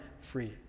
free